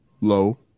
low